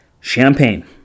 Champagne